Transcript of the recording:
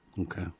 Okay